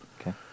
Okay